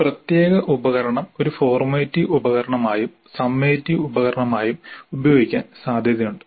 ഒരു പ്രത്യേക ഉപകരണം ഒരു ഫോർമാറ്റീവ് ഉപകരണമായും സമ്മേറ്റിവ് ഉപകരണമായും ഉപയോഗിക്കാൻ സാധ്യതയുണ്ട്